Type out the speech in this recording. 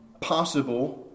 possible